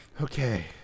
Okay